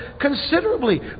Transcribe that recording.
considerably